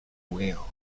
will